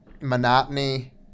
monotony